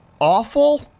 Awful